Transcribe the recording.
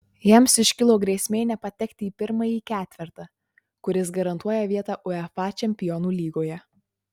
jiems iškilo grėsmė nepatekti į pirmąjį ketvertą kuris garantuoja vietą uefa čempionų lygoje